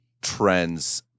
trends